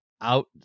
out